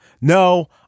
No